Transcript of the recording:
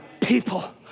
people